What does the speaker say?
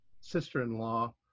sister-in-law